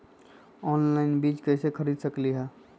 Online बीज कईसे खरीद सकली ह?